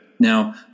Now